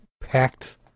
packed